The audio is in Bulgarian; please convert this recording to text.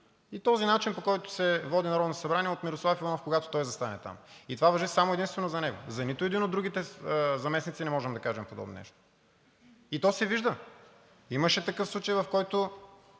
и начина, по който се води Народното събрание от Мирослав Иванов, когато той застане там. И това важи само и единствено за него. За нито един от другите заместници не можем да кажем подобно нещо. И то се вижда. Имаше такъв случай, в който